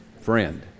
friend